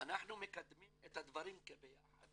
אנחנו מקדמים את הדברים ביחד.